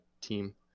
team